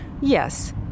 Yes